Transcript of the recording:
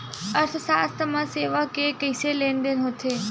अर्थशास्त्र मा सेवा के कइसे लेनदेन होथे?